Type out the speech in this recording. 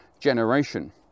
generation